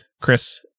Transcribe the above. chris